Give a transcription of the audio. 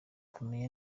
kumenya